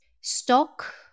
Stock